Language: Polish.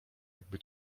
jakby